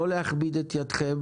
לא להכביד את ידכם